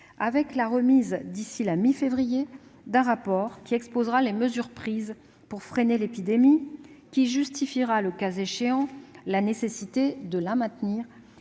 et la remise, d'ici la mi-février, d'un rapport qui présentera les mesures prises pour freiner l'épidémie et qui justifiera, le cas échéant, la nécessité de les maintenir